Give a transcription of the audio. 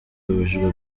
bibujijwe